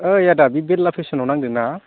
ओइ आदा बे बेरला फेसनाव नांदों ना